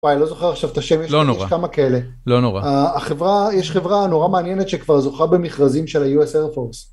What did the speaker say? אני לא זוכר עכשיו את השם יש לא נורא כמה כאלה לא נורא החברה יש חברה נורא מעניינת שכבר זוכה במכרזים של ה-US Air Force.